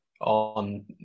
on